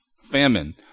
Famine